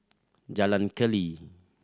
Jalan Keli